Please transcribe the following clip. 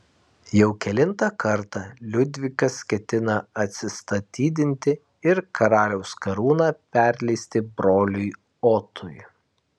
jau kelintą kartą liudvikas ketina atsistatydinti ir karaliaus karūną perleisti broliui otui